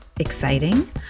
Exciting